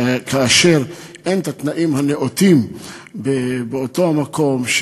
כאשר אין תנאים נאותים באותו מקום,